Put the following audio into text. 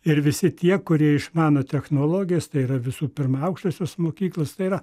ir visi tie kurie išmano technologijas tai yra visų pirma aukštosios mokyklos tai yra